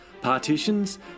partitions